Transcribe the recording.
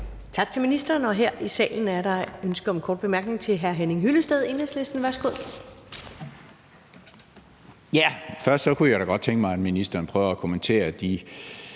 Tak til ministeren, og her i salen er der et ønske om en kort bemærkning fra hr. Henning Hyllested, Enhedslisten. Værsgo. Kl. 14:55 Henning Hyllested (EL): Først kunne jeg da godt tænke mig, at ministeren prøvede at kommentere de